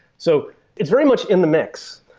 so it's very much in the mix,